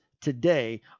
today